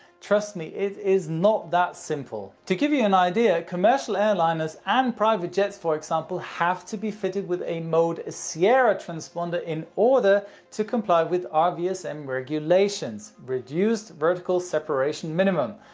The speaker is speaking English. trust me it is not that simple. to give you an idea commercial airliners and private jets for example have to be fitted with a mode sierra transponder in order to comply with rvsm and regulations, reduced vertical separation minimum,